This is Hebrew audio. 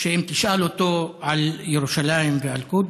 שאם תשאל אותו על ירושלים ואל-קודס,